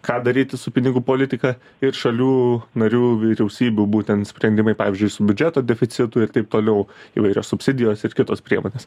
ką daryti su pinigų politika ir šalių narių vyriausybių būtent sprendimai pavyzdžiui su biudžeto deficitu ir taip toliau įvairios subsidijos ir kitos priemonės